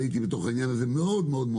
אני הייתי בתוך העניין הזה עמוק מאוד.